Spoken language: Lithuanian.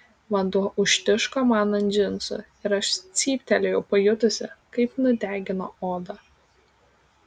vanduo užtiško man ant džinsų ir aš cyptelėjau pajutusi kaip nudegino odą